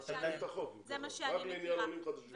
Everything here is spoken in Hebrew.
צריך לתקן את החוק, רק בעניין עולים חדשים.